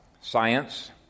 science